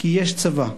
כי יש צבא.